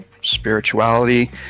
spirituality